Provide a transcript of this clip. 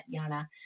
Yana